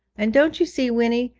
and, don't you see, winnie,